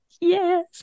Yes